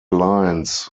lines